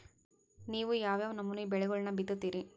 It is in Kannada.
ನೇವು ಯಾವ್ ಯಾವ್ ನಮೂನಿ ಬೆಳಿಗೊಳನ್ನ ಬಿತ್ತತಿರಿ?